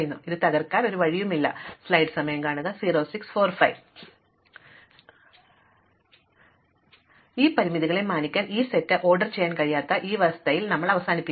അതിനാൽ ഇത് തകർക്കാൻ ഒരു വഴിയുമില്ല അതിനാൽ പരിമിതികളെ മാനിക്കാൻ ഈ സെറ്റ് ഓർഡർ ചെയ്യാൻ കഴിയാത്ത ഈ അവസ്ഥയിൽ ഞങ്ങൾ അവസാനിക്കും